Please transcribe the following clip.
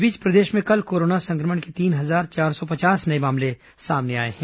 इस बीच प्रदेश में कल कोरोना संक्रमण के तीन हजार चार सौ पचास नये मामले सामने आए हैं